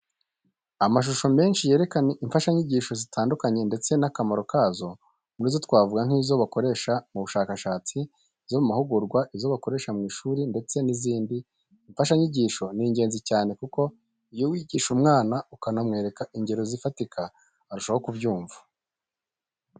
Amashusho menshi yerekana imfashanyigisho zitandukanye ndetse n'akamaro kazo. Muri zo twavuga nk'izo bakoresha mu bushakashatsi, izo mu mahugurwa, izo bakoresha ku ishuri ndetse n'izindi. Imfashanyigisho ni ingenzi cyane kuko iyo wigisha umwana ukanamwereka ingero zifatika arushaho kubyumva.